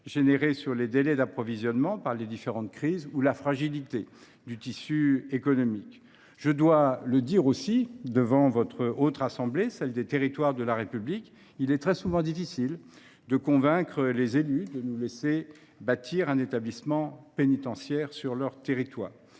générées sur les délais d’approvisionnement par les différentes crises ou la fragilité du tissu économique. Je le dis aussi sans détour devant la Haute Assemblée, qui est celle des territoires de la République : il est très souvent difficile de convaincre les élus de nous laisser bâtir un établissement pénitentiaire sur leur territoire.